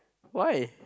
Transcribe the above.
why